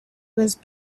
was